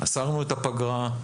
עצרנו את הפגרה,